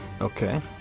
Okay